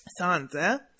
Sansa